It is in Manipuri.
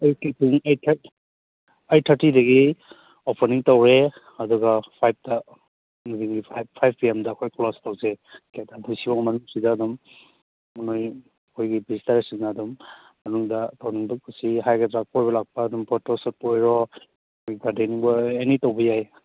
ꯑꯌꯨꯛꯀꯤ ꯄꯨꯡ ꯑꯩꯠ ꯊꯥꯔꯇꯤ ꯑꯩꯠ ꯊꯥꯔꯇꯤꯗꯒꯤ ꯑꯣꯞꯟꯅꯤꯡ ꯇꯧꯋꯦ ꯑꯗꯨꯒ ꯐꯥꯏꯚꯇ ꯏꯚꯦꯅꯤꯡ ꯐꯥꯏꯚ ꯐꯥꯏꯚ ꯄꯤ ꯑꯦꯝꯗ ꯑꯩꯈꯣꯏ ꯀ꯭ꯂꯣꯁ ꯇꯧꯖꯩ ꯑꯗꯣ ꯁꯤꯐꯧ ꯃꯅꯨꯡꯁꯤꯗ ꯑꯗꯨꯝ ꯅꯣꯏ ꯑꯩꯈꯣꯏꯒꯤ ꯕꯤꯖꯤꯇꯔꯁꯤꯡꯅ ꯑꯗꯨꯝ ꯃꯅꯨꯡꯗ ꯇꯧꯅꯤꯡꯕ ꯀꯨꯁꯤ ꯍꯥꯏꯒꯗ꯭ꯔꯥ ꯀꯣꯏꯕ ꯂꯥꯛꯄ ꯑꯗꯨꯝ ꯐꯣꯇꯣ ꯁꯨꯠꯄꯨ ꯑꯣꯏꯔꯣ ꯑꯦꯅꯤ ꯇꯧꯕ ꯌꯥꯏ